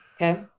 Okay